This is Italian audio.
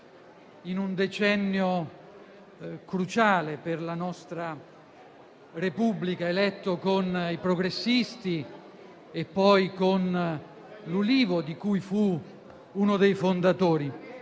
in un decennio cruciale per la nostra Repubblica. Fu eletto con i progressisti e poi con L'Ulivo, di cui fu uno dei fondatori.